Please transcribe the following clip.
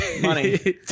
money